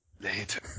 Later